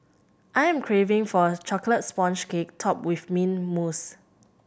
I am craving for a chocolate sponge cake topped with mint mousse